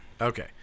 Okay